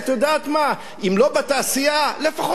אם לא בתעשייה, לפחות תשקיעו בבנקים.